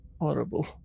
horrible